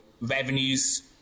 revenues